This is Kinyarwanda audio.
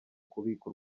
kubika